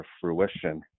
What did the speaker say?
fruition